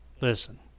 listen